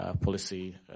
policy